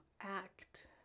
act